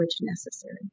necessary